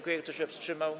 Kto się wstrzymał?